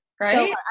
right